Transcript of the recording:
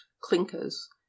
clinkers